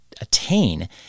attain